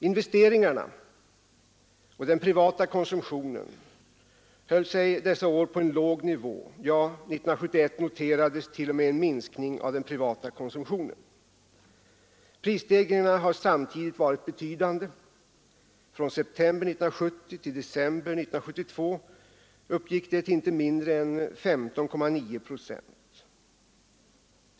Investeringarna och den privata konsumtionen höll sig på en låg nivå, ja, 1971 noterades t.o.m. en minskning av den privata konsumtionen. Prisstegringarna har samtidigt varit betydande. Från september 1970 till december 1972 uppgick de till inte mindre än 15,9 procent.